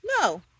no